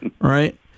right